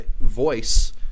voice